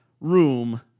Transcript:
room